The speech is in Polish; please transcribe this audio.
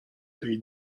tej